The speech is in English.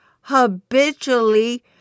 habitually